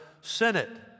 senate